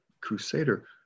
crusader